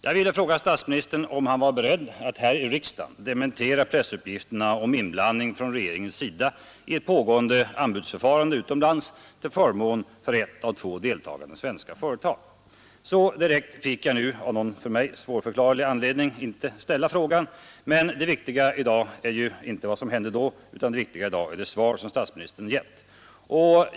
Jag ville fråga statsministern, om han var beredd att här i riksdagen dementera pressuppgifterna om inblandning från regeringens sida i ett pågående anbudsförfarande utomlands till förmån för ett av två deltagande svenska företag. Så direkt fick jag nu av någon för mig svårförklarlig anledning inte ställa frågan, men det viktiga för mig i dag är inte vad som hände då utan det svar som statsministern givit.